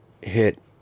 hit